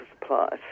supplies